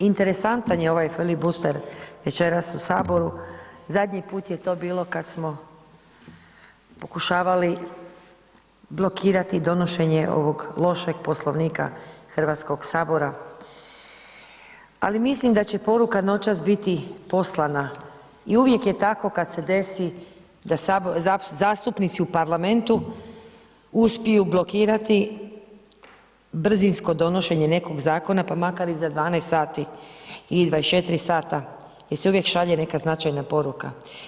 Interesantan je ovaj ... večeras u Saboru, zadnji put je to bilo kad smo pokušavali blokirati donošenje ovog lošeg Poslovnika Hrvatskog sabora ali mislim da će poruka noćas biti poslana i uvijek je tako kad se desi da zastupnici u Parlamentu uspiju blokirati brzinsko donošenje nekog zakona pa makar i za 12 sati ili 24 sata jer se uvijek šalje neka značajna poruka.